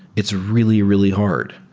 it's really, really hard.